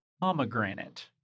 Pomegranate